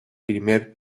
primero